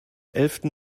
elften